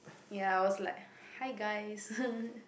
ya I was like hi guys